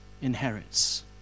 inherits